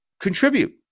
contribute